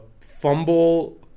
fumble